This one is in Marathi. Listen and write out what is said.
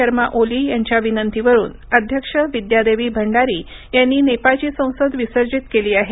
शर्मा ओली यांच्या विनंतीवरून अध्यक्ष विद्यादेवी भंडारी यांनी नेपाळची संसद विसर्जित केली आहे